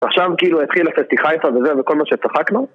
עכשיו כאילו התחילה פסטי חיפה וזה וכל מה שצחקנו